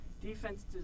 Defense